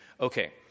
Okay